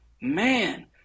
man